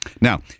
Now